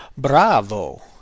Bravo